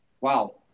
Wow